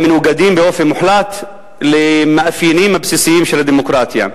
המנוגדים באופן מוחלט למאפיינים הבסיסיים של הדמוקרטיה.